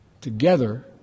Together